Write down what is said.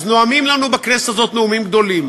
אז נואמים לנו בכנסת הזאת נאומים גדולים